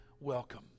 welcome